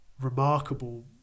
remarkable